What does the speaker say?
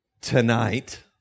tonight